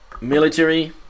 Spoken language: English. military